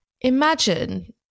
Imagine